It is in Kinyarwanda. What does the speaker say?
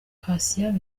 patient